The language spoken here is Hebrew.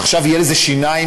עכשיו יהיו לזה שיניים,